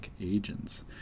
agents